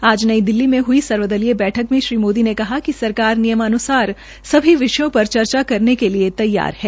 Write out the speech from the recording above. आज नई दिल्ली में हई सर्वदलीय बैठक में श्री मोदी ने कहा कि सरकार नियमान्सार सभी विषयों पर चर्चा करने के लिए तैयार है